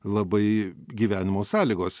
labai gyvenimo sąlygos